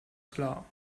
klar